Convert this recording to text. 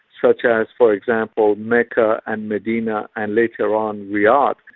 such as, for example, mecca and medina and later on riyadh,